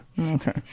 Okay